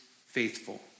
faithful